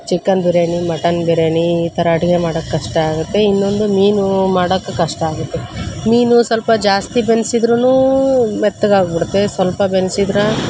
chicken biryani mutton biryani ಈ ಥರ ಅಡುಗೆ ಮಾಡಕ್ಕೆ ಕಷ್ಟ ಆಗುತ್ತೆ ಇನ್ನೊಂದು ಮೀನು ಮಾಡಕ್ಕೆ ಕಷ್ಟ ಆಗುತ್ತೆ ಮೀನು ಸ್ವಲ್ಪ ಜಾಸ್ತಿ ಬೆನ್ಸಿದ್ರು ಮೆತ್ತಗಾಗಿಬಿಡತ್ತೆ ಸ್ವಲ್ಪ ಬೆನ್ಸಿದ್ರೆ